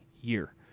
year